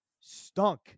stunk